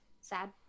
Sad